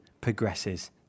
progresses